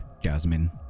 Jasmine